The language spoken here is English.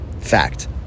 Fact